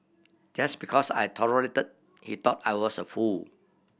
just because I tolerated he thought I was a fool